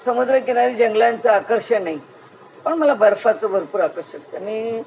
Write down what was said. समुद्रकिनारी जंगलांचं आकर्षण नाही पण मला बर्फाचं भरपूर आकर्षकता मी